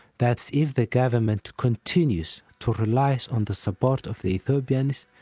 that's if the government continues to rely on the support of the ethiopians,